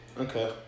Okay